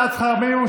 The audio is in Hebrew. העלאת שכר המינימום),